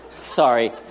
sorry